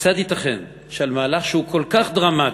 כיצד ייתכן שעל מהלך שהוא כל כך דרמטי,